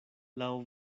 laŭ